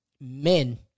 men